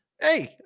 Hey